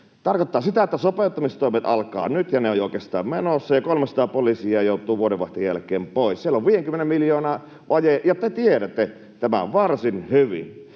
tarkoittaa sitä, että sopeuttamistoimet alkavat nyt, ja ne ovat jo oikeastaan menossa, ja 300 poliisia joutuu vuodenvaihteen jälkeen pois. Siellä on 50 miljoonan vaje, ja te tiedätte tämän varsin hyvin.